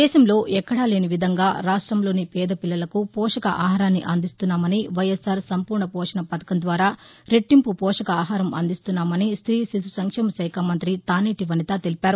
దేశంలో ఎక్కడా లేని విధంగా రాష్టం లోని పేద పిల్లలకు పోషక ఆహారాన్ని అందిస్తున్నామని వైఎస్సార్ సంపూర్ణ పోషణ పథకం ద్వారా రెట్టింపు పోషక ఆహారం అందిస్తున్నామని స్ట్రీ శిశు సంక్షేమ శాఖ మంత్రి తానేటి వనిత తెలిపారు